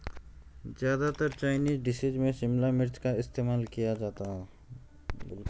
ज्यादातर Chinese dishes में शिमला मिर्च का इस्तेमाल किया जाता है